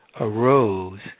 arose